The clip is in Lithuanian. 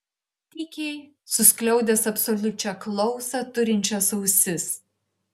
tykiai suskliaudęs absoliučią klausą turinčias ausis